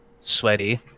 sweaty